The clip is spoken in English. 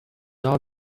are